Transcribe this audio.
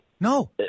No